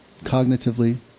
cognitively